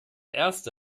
erste